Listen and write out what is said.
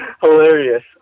Hilarious